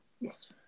Yes